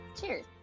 Cheers